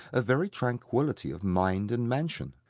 a very tranquillity of mind and mansion.